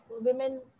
women